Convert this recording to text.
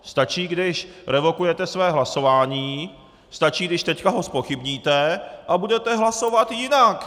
Stačí, když revokujete své hlasování, stačí když teď ho zpochybníte a budete hlasovat jinak!